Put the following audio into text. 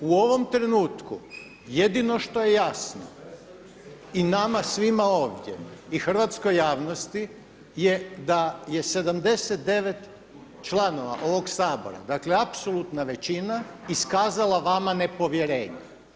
U ovom trenutku jedino što je jasno i nama svima ovdje i hrvatskoj javnosti je da je 79 članova ovog Sabora, dakle apsolutna većina iskazala vama nepovjerenje.